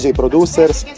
producers